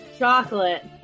Chocolate